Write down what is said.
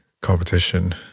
competition